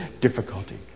difficulty